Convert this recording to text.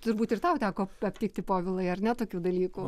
turbūt ir tau teko aptikti povilai ar ne tokių dalykų